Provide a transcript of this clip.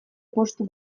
postu